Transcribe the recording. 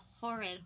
horrid